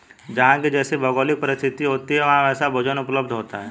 जहां की जैसी भौगोलिक परिस्थिति होती है वहां वैसा भोजन उपलब्ध होता है